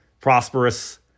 prosperous